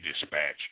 dispatch